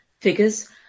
figures